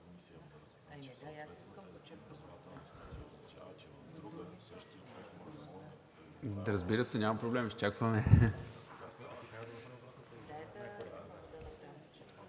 Разбира се, няма проблеми – изчакваме.